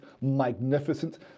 magnificent